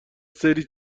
سری